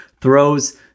throws